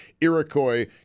Iroquois